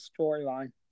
storyline